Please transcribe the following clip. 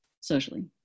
socially